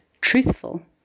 truthful